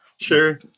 Sure